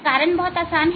कारण बहुत आसान है